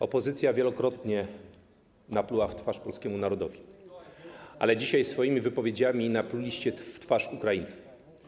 Opozycja wielokrotnie napluła w twarz polskiemu narodowi, ale dzisiaj swoimi wypowiedziami napluliście w twarz Ukraińcom.